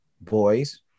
boys